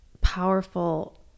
powerful